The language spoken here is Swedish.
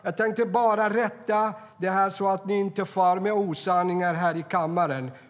Jag ville bara rätta det här, så att du inte far med osanningar här i kammaren.